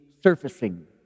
surfacing